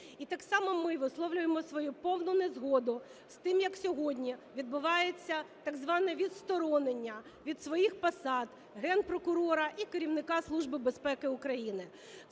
І так само ми висловлюємо свою повну незгоду з тим, як сьогодні відбувається так зване відсторонення від своїх посад Генпрокурора і керівника Служби безпеки України.